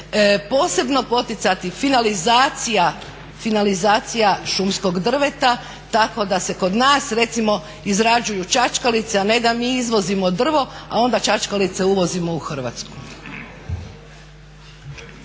posebno poticati finalizacija šumskog drveta tako da se kod nas recimo izrađuju čačkalice, a ne da mi izvozimo drvo, a onda čačkalice uvozimo u Hrvatsku.